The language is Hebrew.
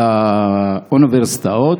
האוניברסיטאות,